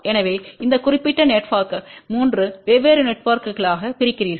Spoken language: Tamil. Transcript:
எனவே இந்த குறிப்பிட்ட நெட்ஒர்க்த்தை 3 வெவ்வேறு நெட்வொர்க்குகளாக பிரிக்கிறீர்கள்